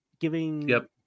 giving